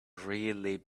really